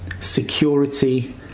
security